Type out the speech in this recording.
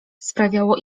sprawiało